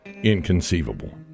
Inconceivable